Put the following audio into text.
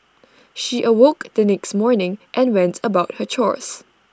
she awoke the next morning and went about her chores